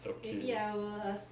it's okay